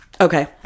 Okay